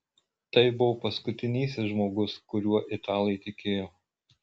tai buvo paskutinysis žmogus kuriuo italai tikėjo